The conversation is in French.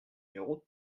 numéro